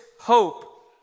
hope